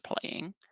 playing